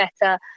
better